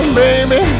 baby